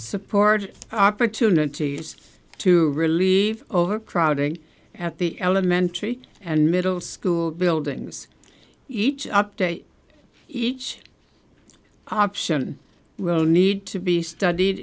support opportunities to relieve overcrowding at the elementary and middle school buildings each up to each option will need to be studied